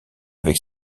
avec